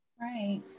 Right